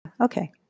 Okay